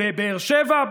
בקמפוס בבאר שבע,